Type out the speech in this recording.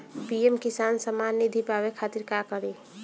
PM Kisan Samman Nidhi पावे खातिर का करी?